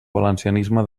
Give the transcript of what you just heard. valencianisme